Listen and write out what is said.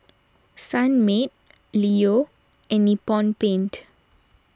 Sunmaid Leo and Nippon Paint